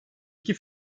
iki